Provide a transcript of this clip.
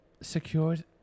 Secured